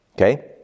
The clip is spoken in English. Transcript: Okay